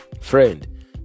Friend